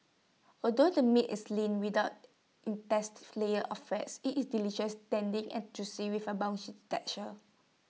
although the meat is lean without layers of fats IT is delicious tender and juicy with A bouncy texture